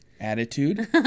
Attitude